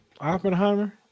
Oppenheimer